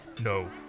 No